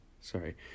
Sorry